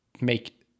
make